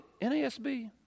NASB